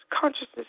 Consciousness